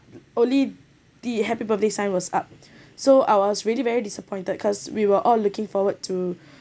only the happy birthday sign was up so I was really very disappointed cause we were all looking forward to